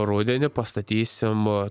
rudenį pastatysim